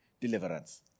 deliverance